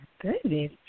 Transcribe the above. goodness